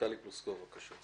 טלי פלוסקוב, בבקשה.